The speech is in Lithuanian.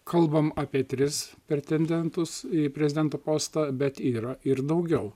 kalbam apie tris pretendentus į prezidento postą bet yra ir daugiau